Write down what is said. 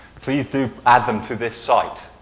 please do add them to this site.